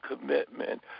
commitment